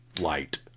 Light